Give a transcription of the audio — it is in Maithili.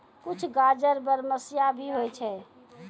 कुछ गाजर बरमसिया भी होय छै